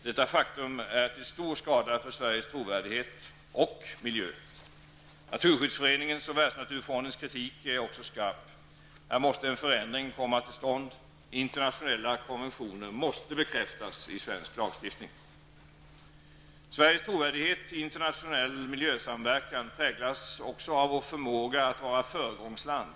Detta faktum är till stor skada för Sveriges trovärdighet -- och miljö. Naturskyddsföreningens och Världsnaturfondens kritik är också skarp. Här måste en förändring komma till stånd. Internationella konventioner måste bekräftas i svensk lagstiftning. Sveriges trovärdighet i internationell miljösamverkan präglas också av vår förmåga att vara ett föregångsland.